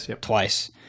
twice